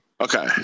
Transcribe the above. Okay